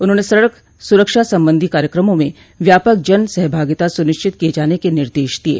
उन्होंने सड़क सुरक्षा संबंधी कार्यकमों में व्यापक जन सहभागिता सुनिश्चित किये जाने के निर्देश दिये